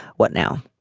what now.